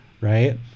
right